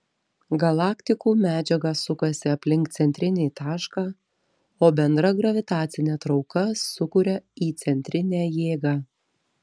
galaktikų medžiaga sukasi aplink centrinį tašką o bendra gravitacinė trauka sukuria įcentrinę jėgą